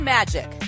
Magic